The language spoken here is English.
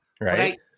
right